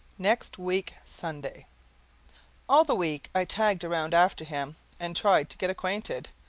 next week sunday all the week i tagged around after him and tried to get acquainted.